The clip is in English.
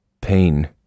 pain